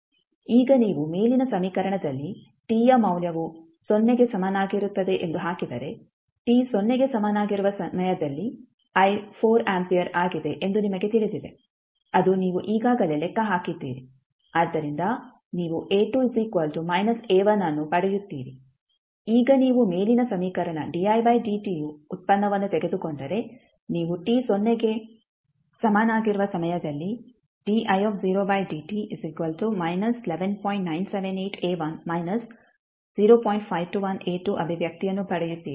ಈಗ ನೀವು ಮೇಲಿನ ಸಮೀಕರಣದಲ್ಲಿ t ಯ ಮೌಲ್ಯವು ಸೊನ್ನೆಗೆ ಸಮನಾಗಿರುತ್ತದೆ ಎಂದು ಹಾಕಿದರೆ t ಸೊನ್ನೆಗೆ ಸಮನಾಗಿರುವ ಸಮಯದಲ್ಲಿ i 4 ಆಂಪಿಯರ್ ಆಗಿದೆ ಎಂದು ನಿಮಗೆ ತಿಳಿದಿದೆ ಅದು ನೀವು ಈಗಾಗಲೇ ಲೆಕ್ಕ ಹಾಕಿದ್ದೀರಿ ಆದ್ದರಿಂದ ನೀವು ಅನ್ನು ಪಡೆಯುತ್ತೀರಿ ಈಗ ನೀವು ಮೇಲಿನ ಸಮೀಕರಣ ಯ ಉತ್ಪನ್ನವನ್ನು ತೆಗೆದುಕೊಂಡರೆ ನೀವು t ಸೊನ್ನೆಗೆ ಸಮನಾಗಿರುವ ಸಮಯದಲ್ಲಿ ಅಭಿವ್ಯಕ್ತಿಯನ್ನು ಪಡೆಯುತ್ತೀರಿ